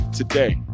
today